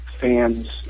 fans